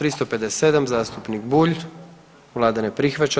357. zastupnik Bulj, vlada ne prihvaća.